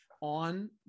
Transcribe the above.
on